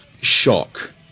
shock